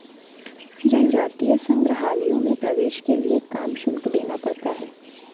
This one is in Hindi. जनजातीय संग्रहालयों में प्रवेश के लिए काम शुल्क देना पड़ता है